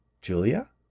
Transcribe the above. Julia